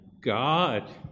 God